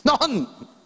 none